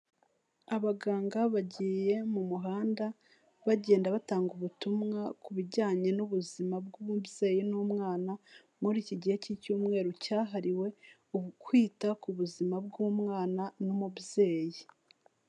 Abaganga bagiye mu muhanda, bagenda batanga ubutumwa ku bijyanye n'ubuzima bw'umubyeyi n'umwana, muri iki gihe cy'icyumweru cyahariwe kwita ku buzima bw'umwana n'umubyeyi.